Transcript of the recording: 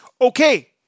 Okay